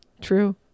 True